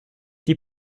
die